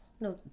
No